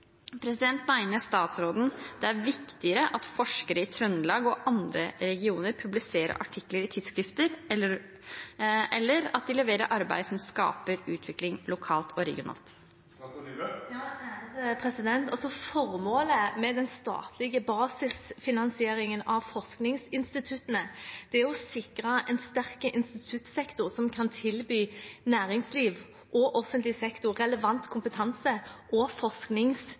statsråden det er viktigere at forskere i Trøndelag og andre regioner publiserer artikler i tidsskrifter, enn at de leverer arbeid som skaper utvikling lokalt og regionalt? Formålet med den statlige basisfinansieringen av forskningsinstituttene er å sikre en sterk instituttsektor som kan tilby næringsliv og offentlig sektor relevant kompetanse og forskningstjenester av høy internasjonal kvalitet. Trøndelag Forskning